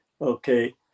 okay